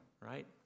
right